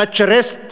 תאצ'ריסט